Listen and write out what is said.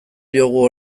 diogu